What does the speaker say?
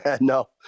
No